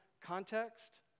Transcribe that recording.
context